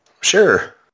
Sure